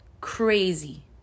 crazy